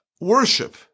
worship